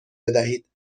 بدهید